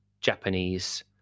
Japanese